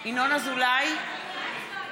אזולאי,